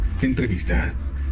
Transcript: Entrevista